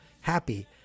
happy